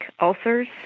ulcers